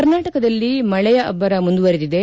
ಕರ್ನಾಟಕದಲ್ಲಿ ಮಳೆಯ ಅಬ್ಬರ ಮುಂದುವರಿದಿದೆ